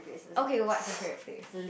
okay what's your favourite place